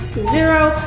zero,